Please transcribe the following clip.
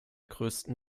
größten